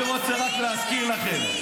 אני רק רוצה להזכיר לכם,